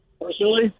Personally